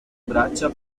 braccia